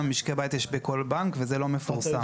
משקי בית יש בכל בנק וזה לא מפורסם.